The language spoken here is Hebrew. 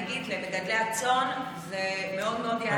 נגיד למגדלי הצאן זה מאוד מאוד יעזור.